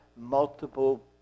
multiple